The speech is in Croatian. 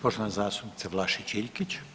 Poštovana zastupnica Vlašić Iljkić.